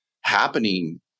happening